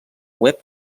web